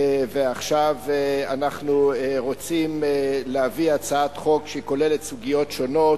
ועכשיו אנחנו רוצים להביא הצעת חוק שכוללת סוגיות שונות.